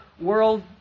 world